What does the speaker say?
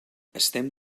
estem